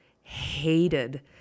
hated